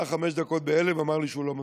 היה חמש דקות בהלם, ואמר לי שהוא לא מסכים.